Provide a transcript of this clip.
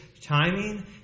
timing